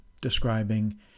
describing